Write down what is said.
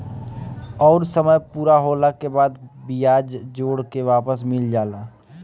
अउर समय पूरा होला के बाद बियाज जोड़ के वापस मिल जाला